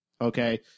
Okay